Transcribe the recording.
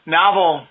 novel